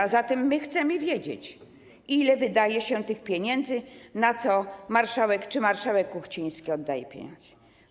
A zatem chcemy wiedzieć, ile wydaje się tych pieniędzy, na co i czy marszałek Kuchciński oddaje pieniądze.